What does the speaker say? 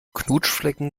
knutschflecke